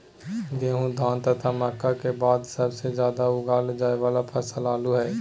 गेहूं, धान तथा मक्का के बाद सबसे ज्यादा उगाल जाय वाला फसल आलू हइ